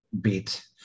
beat